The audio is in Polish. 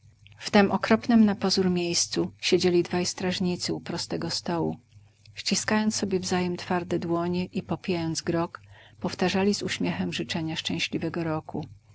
w tem okropnem napozór miejscu siedzieli dwaj strażnicy u prostego stołu ściskając sobie wzajem twarde dłonie i popijając grog powtarzali z uśmiechem życzenia szczęśliwego roku